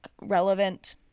relevant